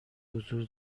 حضور